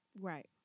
Right